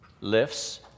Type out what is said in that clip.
lifts